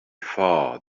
far